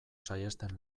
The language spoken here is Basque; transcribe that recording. saihesten